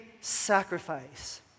sacrifice